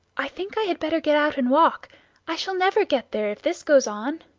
i think i had better get out and walk i shall never get there if this goes on.